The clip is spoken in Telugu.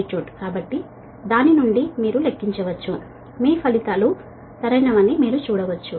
కాబట్టి దాని నుండి మీరు లెక్కించవచ్చు మీ ఫలితాలు సరైనవని మీరు చూడవచ్చు